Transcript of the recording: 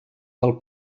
del